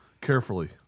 Carefully